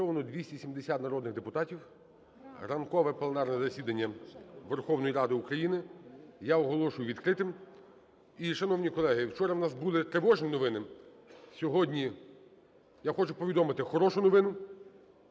вчора у нас були тривожні новини. Сьогодні я хочу повідомити хорошу новину,